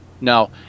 No